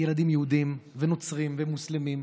ילדים יהודים ונוצרים ומוסלמים,